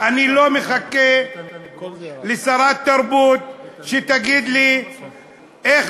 אני לא מחכה לשרת תרבות שתגיד לי איך